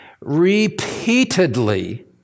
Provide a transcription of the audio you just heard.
repeatedly